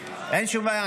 אין שום בעיה.